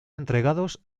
entregados